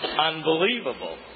unbelievable